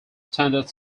attended